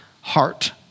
heart